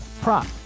prop